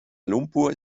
lumpur